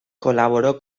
colaboró